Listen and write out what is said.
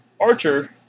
Archer